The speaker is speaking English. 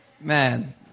man